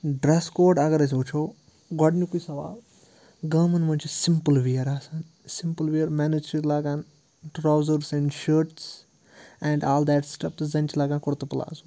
dress code اگر أسۍ وٕچھو گۄڈٕنیُکُے سوال گامَن منٛز چھِ سِمپٕل وِیَر آسان سِمپٕل وِیَر مٮ۪نٕز چھِ ییٚتہِ لاگان ٹرٛاوزٲرٕس اینٛڈ شٲٹٕس اینٛڈ آل دیٹ سٕٹَف تہٕ زَنہِ چھِ لاگان کُرتہٕ پٕلازو